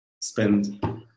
Spend